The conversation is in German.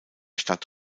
stadt